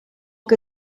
que